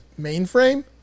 mainframe